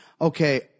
Okay